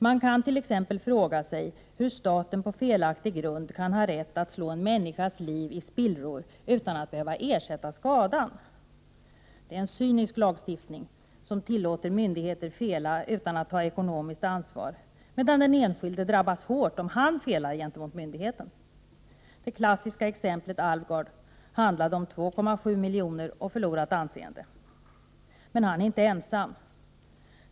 Man kan t.ex. fråga sig hur staten på felaktig grund kan ha rätt att slå en människas liv i spillror utan att behöva ersätta skadan. Det är en cynisk lagstiftning som tillåter myndigheter fela utan att ta ekonomiskt ansvar, medan den enskilde drabbas hårt om han felar gentemot myndigheten. Det klassiska exemplet Alvgard handlade om 2,7 milj.kr. och förlorat anseende. Men han är inte ensam.